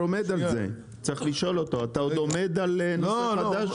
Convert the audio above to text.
אתה עוד עומד על נושא חדש?